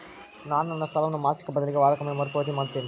ನಾನು ನನ್ನ ಸಾಲವನ್ನು ಮಾಸಿಕ ಬದಲಿಗೆ ವಾರಕ್ಕೊಮ್ಮೆ ಮರುಪಾವತಿ ಮಾಡ್ತಿನ್ರಿ